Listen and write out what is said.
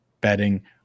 betting